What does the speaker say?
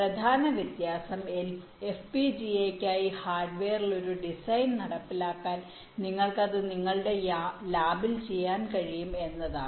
പ്രധാന വ്യത്യാസം FPGA യ്ക്കായി ഹാർഡ്വെയറിൽ ഒരു ഡിസൈൻ നടപ്പിലാക്കാൻ നിങ്ങൾക്ക് അത് നിങ്ങളുടെ ലാബിൽ ചെയ്യാൻ കഴിയും എന്നതാണ്